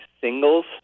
singles